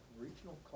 regional